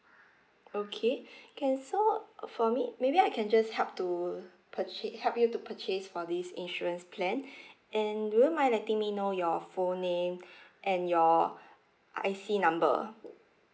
okay can so for me maybe I can just help to purchase help you to purchase for this insurance plan and would you mind letting me know your full name and your I_C number